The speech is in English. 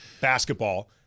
basketball